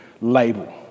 label